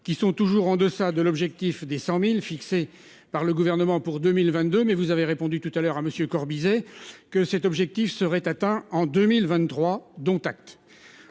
qui sont toujours en deçà de l'objectif des 100.000 fixé par le gouvernement pour 2022. Mais vous avez répondu tout à l'heure à monsieur Corbizet que cet objectif serait atteint en 2023. Dont acte.